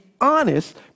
honest